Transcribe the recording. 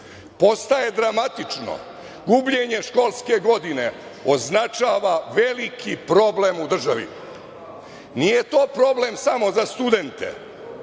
Postaje dramatično. Gubljenje školske godine označava veliki problem u državi. Nije to problem samo za studente,